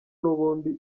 n’ubundi